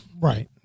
Right